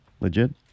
Legit